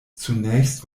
zunächst